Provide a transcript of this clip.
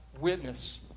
witness